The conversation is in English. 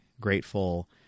grateful